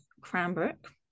Cranbrook